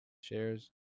shares